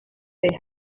they